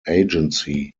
agency